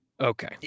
Okay